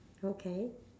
okay